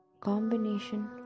combination